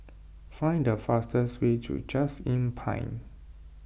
find the fastest way to Just Inn Pine